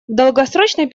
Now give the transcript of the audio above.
долгосрочной